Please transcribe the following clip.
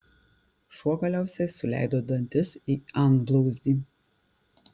šuo galiausiai suleido dantis į antblauzdį